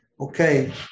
Okay